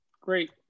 Great